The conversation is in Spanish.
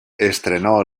estrenó